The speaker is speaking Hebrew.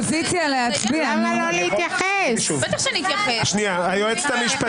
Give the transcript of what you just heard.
18,181 עד 18,200. מי בעד?